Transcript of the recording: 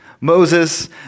Moses